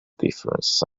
difference